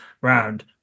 round